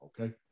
okay